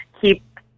keep